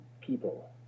people